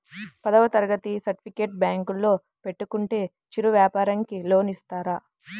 పదవ తరగతి సర్టిఫికేట్ బ్యాంకులో పెట్టుకుంటే చిరు వ్యాపారంకి లోన్ ఇస్తారా?